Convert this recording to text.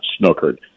snookered